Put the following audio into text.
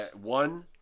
one